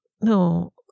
no